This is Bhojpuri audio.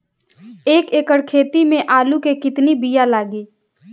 एक एकड़ खेती में आलू के कितनी विया लागी?